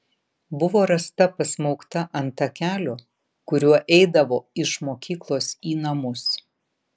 buvo rasta pasmaugta ant takelio kuriuo eidavo iš mokyklos į namus